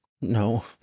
no